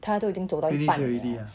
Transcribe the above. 他都已经走到一半 liao